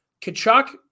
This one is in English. Kachuk